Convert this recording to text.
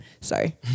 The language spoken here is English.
Sorry